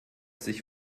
sich